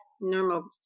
normal